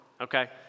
okay